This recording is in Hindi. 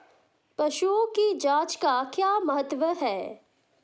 पशुओं की जांच का क्या महत्व है?